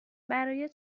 برای